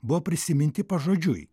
buvo prisiminti pažodžiui